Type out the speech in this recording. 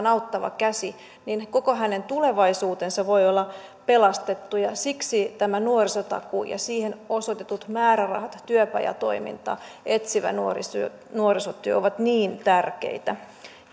auttava käsi niin koko hänen tulevaisuutensa voi olla pelastettu siksi tämä nuorisotakuu ja siihen osoitetut määrärahat ja työpajatoiminta etsivä nuorisotyö nuorisotyö ovat niin tärkeitä